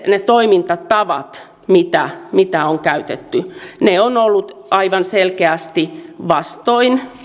ne toimintatavat mitä mitä on käytetty ne ovat olleet aivan selkeästi vastoin